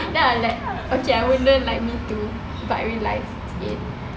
then I'm like okay I wouldn't like me too but real life it's okay